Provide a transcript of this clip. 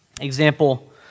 example